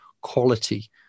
quality